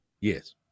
Yes